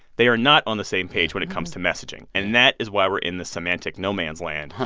they are not on the same page when it comes to messaging. and that is why we're in this semantic no man's land.